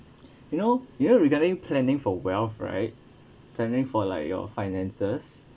you know you know regarding planning for wealth right planning for like your finances